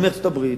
גם מארצות-הברית,